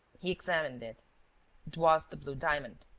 he examined it. it was the blue diamond.